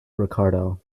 ricardo